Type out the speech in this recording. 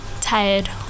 tired